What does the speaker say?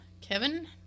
Kevin